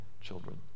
children